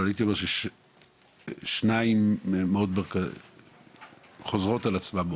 הייתי אומר ששתיים חוזרות על עצמן.